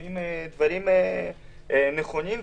שומעים דברים נכונים ופתרונות.